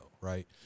right